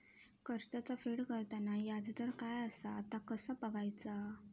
कर्जाचा फेड करताना याजदर काय असा ता कसा बगायचा?